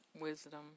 wisdom